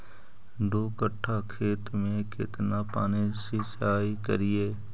दू कट्ठा खेत में केतना पानी सीचाई करिए?